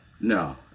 No